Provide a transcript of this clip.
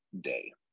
day